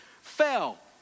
fell